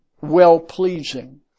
well-pleasing